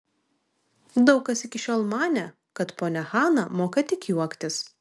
daug kas iki šiol manė kad ponia hana moka tik juoktis